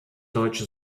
deutsche